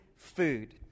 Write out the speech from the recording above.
food